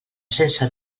sense